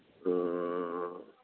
ꯑꯥ